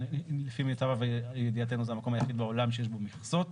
לפי מיטב ידיעתנו זה המקום היחיד בעולם שיש בו מכסות.